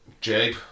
Jabe